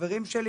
חברים שלי,